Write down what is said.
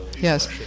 Yes